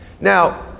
Now